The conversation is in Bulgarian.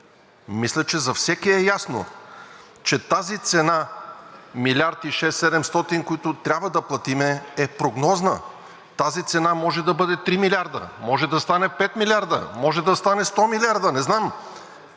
Мисля, че за всеки е ясно, че тази цена милиард и шест седемстотин, които трябва да платим е прогнозна, тази цена може да бъде 3 милиарда, може да стане 5 милиарда, може да стане 100 милиарда – не знам,